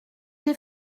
des